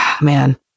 man